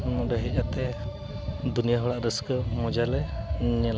ᱱᱚᱰᱮ ᱦᱮᱡ ᱟᱛᱮᱫ ᱫᱩᱱᱤᱭᱟᱹ ᱦᱚᱲᱟᱜ ᱨᱟᱹᱥᱠᱟᱹ ᱢᱚᱡᱟ ᱞᱮ ᱧᱮᱞᱟ